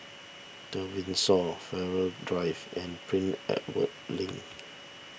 the Windsor Farrer Drive and Prince Edward Link